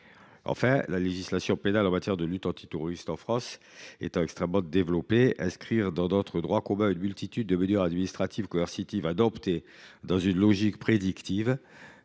Enfin, la législation pénale en matière de lutte antiterroriste en France étant extrêmement développée, l’inscription, dans notre droit commun, d’une multitude de mesures administratives coercitives adoptées dans une logique prédictive